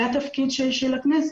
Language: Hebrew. זה התפקיד של הכנסת.